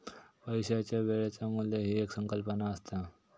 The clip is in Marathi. पैशाच्या वेळेचा मू्ल्य ही एक संकल्पना असता